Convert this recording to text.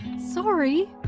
sorry!